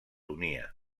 unia